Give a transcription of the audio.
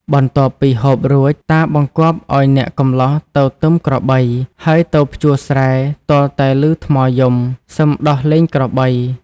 បន្ទាប់ពីហូបរួច តាបង្គាប់ឱ្យអ្នកកម្លោះទៅទឹមក្របី ហើយទៅភ្ជួរស្រែទាល់តែឮថ្មយំ សឹមដោះលែងក្របី។